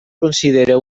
considera